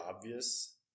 obvious